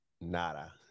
Nada